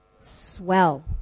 swell